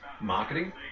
marketing